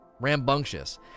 rambunctious